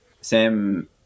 Sam